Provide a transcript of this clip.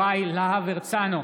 הרצנו,